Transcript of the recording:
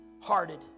hearted